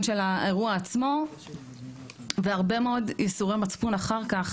של האירוע עצמו והרבה מאוד ייסורי מצפון אחר כך,